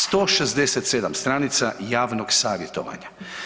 167 stranica javnog savjetovanja.